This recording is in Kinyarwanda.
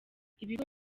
ibigo